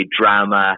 drama